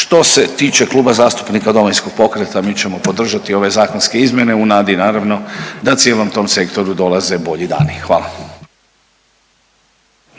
Što se tiče Kluba zastupnika Domovinskog pokreta mi ćemo podržati ove zakonske izmjene u nadi naravno da cijelom tom sektoru dolaze bolji dani. Hvala.